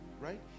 right